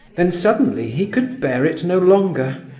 then, suddenly, he could bear it no longer,